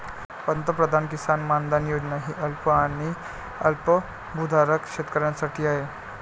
पंतप्रधान किसान मानधन योजना ही अल्प आणि अल्पभूधारक शेतकऱ्यांसाठी आहे